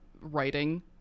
writing